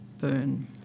burn